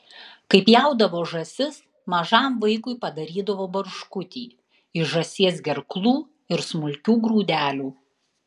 kai pjaudavo žąsis mažam vaikui padarydavo barškutį iš žąsies gerklų ir smulkių grūdelių